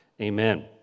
Amen